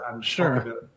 Sure